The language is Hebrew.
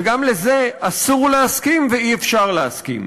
וגם לזה אסור להסכים ואי-אפשר להסכים.